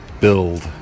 build